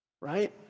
right